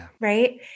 Right